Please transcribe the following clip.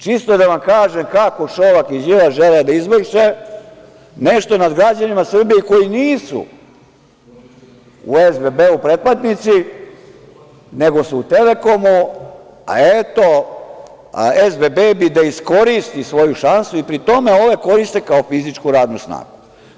Čisto da vam kažem kako Šolak i Đilas žele da izvrše nešto nad građanima Srbije koji nisu u SBB pretplatnici, nego su u „Telekomu“, a SBB bi da iskoristi svoju šansu i pri tome ove koriste kao fizičku radnu snagu.